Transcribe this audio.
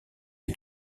est